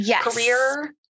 career